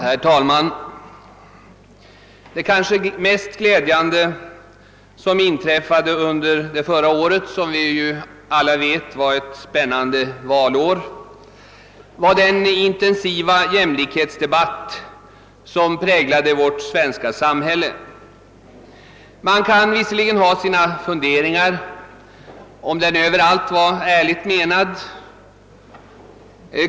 Herr talman! Det kanske mest glädjande som inträffat under förra året, vilket som alla vet var ett spännande valår, var den intensiva jämlikhetsdebatt som präglade vårt svenska samhälle. Man kan visserligen ha sina funderingar huruvida den överallt var ärligt menad.